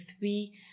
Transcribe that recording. three